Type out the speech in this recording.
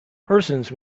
persons